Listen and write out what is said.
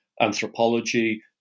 anthropology